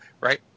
Right